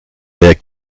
der